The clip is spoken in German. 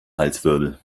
halswirbel